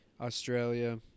Australia